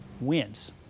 wins